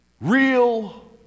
Real